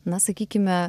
na sakykime